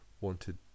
wanted